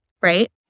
right